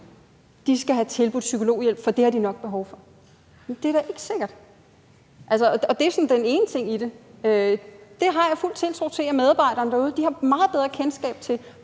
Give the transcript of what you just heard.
skal have tilbudt psykologhjælp, for det har de nok behov for. Det er da ikke sikkert, og det er sådan én ting i det. Det har jeg fuld tiltro til at medarbejderne derude har meget bedre kendskab til,